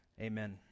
amen